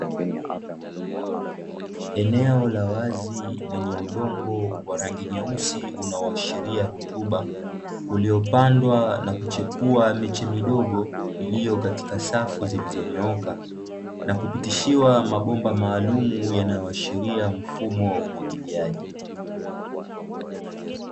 Eneo la wazi lenye udongo wa rangi nyeusi unaoashiria rutuba, uliopandwa na kuchipua miche midogo iliyo katika safu zilizonyooka, na kupitishiwa mabomba maalumu yanayoashiria mfumo wa umwagiliaji.